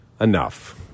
Enough